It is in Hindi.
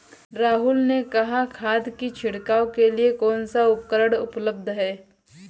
राहुल ने कहा कि खाद की छिड़काव के लिए कौन सा उपकरण उपलब्ध है?